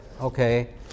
Okay